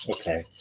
okay